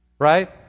Right